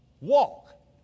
walk